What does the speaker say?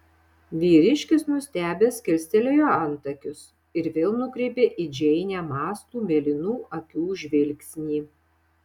vyriškis nustebęs kilstelėjo antakius ir vėl nukreipė į džeinę mąslų mėlynų akių žvilgsnį